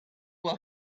will